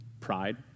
Pride